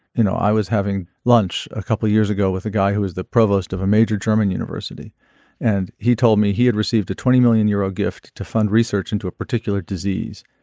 you know i was having lunch a couple of years ago with a guy who is the provost of a major german university and he told me he had received a twenty million euro gift to fund research into a particular disease.